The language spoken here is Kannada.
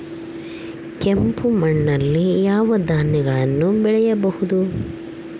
ಕೆಂಪು ಮಣ್ಣಲ್ಲಿ ಯಾವ ಧಾನ್ಯಗಳನ್ನು ಬೆಳೆಯಬಹುದು?